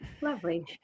Lovely